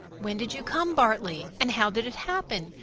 when did you come, bartley, and how did it happen?